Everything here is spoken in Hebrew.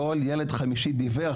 כל ילד חמישי דיווח,